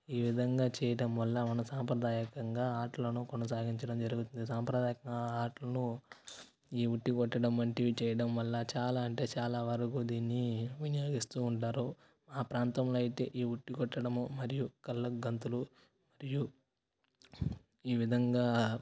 ఈ విధంగా చేయడం వల్ల మన సాంప్రదాయకరంగా ఆటలను కొనసాగించడం జరుగుతున్న సాంప్రదాయకరంగా ఆటలు ఈ ఉట్టి కొట్టడం వంటివి చేయడం వల్ల చాలా అంటే చాలా వరకు దీన్ని వినియోగిస్తూ ఉంటారు మా ప్రాంతంలో అయితే ఈ ఉట్టి కొట్టడము మరియు కళ్ళకు గంతులు మరియు ఈ విధంగా